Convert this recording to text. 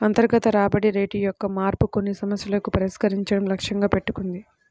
అంతర్గత రాబడి రేటు యొక్క మార్పు కొన్ని సమస్యలను పరిష్కరించడం లక్ష్యంగా పెట్టుకుంది